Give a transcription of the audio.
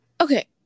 Okay